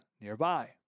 nearby